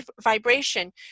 vibration